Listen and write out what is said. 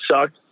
sucked